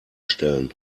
stellen